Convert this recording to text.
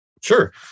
Sure